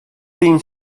been